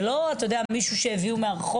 זה לא, אתה יודע, מישהו שהביאו מהרחוב.